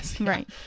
right